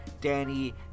Danny